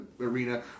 arena